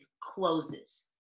closes